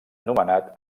nomenat